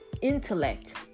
intellect